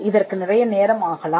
இதற்கு நிறைய நேரம் ஆகலாம்